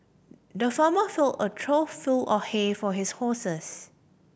the farmer filled a trough full of hay for his horses